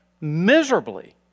miserably